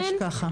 ממש ככה.